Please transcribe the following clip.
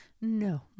no